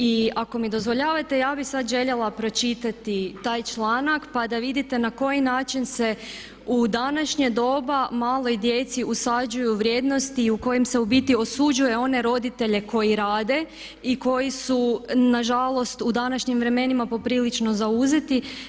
I ako mi dozvoljavate ja bih sada željela pročitati taj članak pa da vidite na koji način se u današnje doba maloj djeci usađuju vrijednosti i u kojem se u biti osuđuje one roditelje koji rade i koji su nažalost u današnjim vremenima poprilično zauzeti.